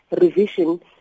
revision